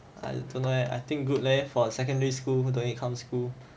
I don't know leh I think good leh for secondary school don't need come school